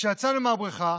כשיצאנו מהבריכה,